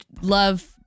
love